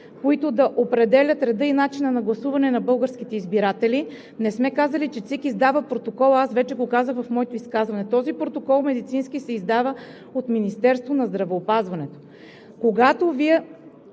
които да определят реда и начина на гласуване на българските избиратели, не сме казали, че ЦИК издава протокола. Аз вече го казах в моето изказване. Този медицински протокол се издава от Министерството на здравеопазването. Когато Вие